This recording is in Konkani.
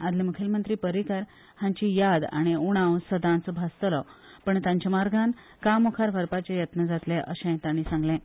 आदले मुखेलमंत्री पर्रीकार हांची याद आनी उणाव सदांच भासतलो पूण तांच्या मार्गान काम मुखार व्हरपाचें यत्न जातलें अशें तांणी सांगलें